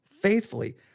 faithfully